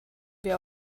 wir